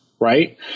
right